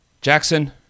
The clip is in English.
Jackson